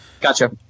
Gotcha